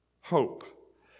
hope